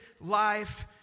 life